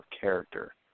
character